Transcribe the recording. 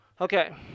okay